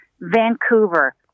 Vancouver